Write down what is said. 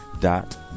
dot